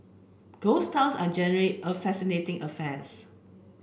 ghost towns are generally a fascinating affairs